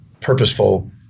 purposeful